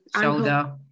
shoulder